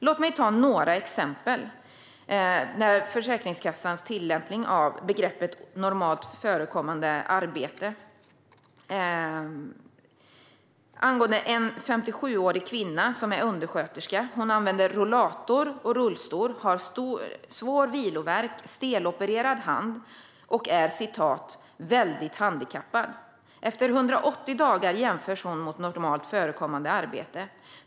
Låt mig ta några exempel på Försäkringskassans tillämpning av begreppet "normalt förekommande arbete"! En 57-årig kvinna som är undersköterska använder rollator och rullstol, har svår vilovärk och stelopererad hand och är väldigt handikappad. Efter 180 dagar jämförs hon mot normalt förekommande arbete.